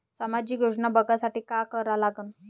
सामाजिक योजना बघासाठी का करा लागन?